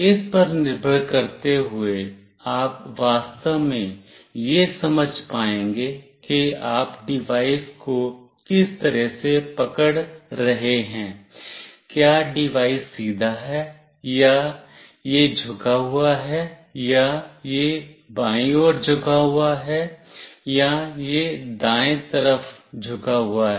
इस पर निर्भर करते हुए आप वास्तव में यह समझ पाएंगे कि आप डिवाइस को किस तरह से पकड़ रहे हैं क्या डिवाइस सीधा है या यह झुका हुआ है या यह बाईं ओर झुका हुआ है या यह दाएं तरफ झुका हुआ है